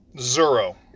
Zero